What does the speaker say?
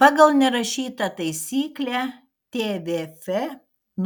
pagal nerašytą taisyklę tvf